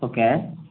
okay